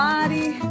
Body